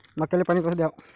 मक्याले पानी कस द्याव?